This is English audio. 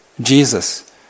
Jesus